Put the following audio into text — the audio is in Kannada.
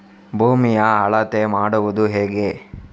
ಭೂಮಿಯ ಅಳತೆ ಮಾಡುವುದು ಹೇಗೆ?